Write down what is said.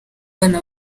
bana